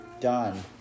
done